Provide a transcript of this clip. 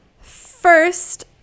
First